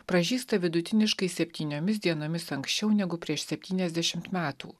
pražysta vidutiniškai septyniomis dienomis anksčiau negu prieš septyniasdešimt metų